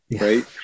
right